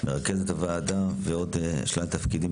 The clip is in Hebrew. מרכזת הוועדה ועוד שלל תפקידים,